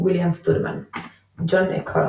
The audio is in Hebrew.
ויליאם סטודמן ג'ון מק'קונל